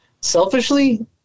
selfishly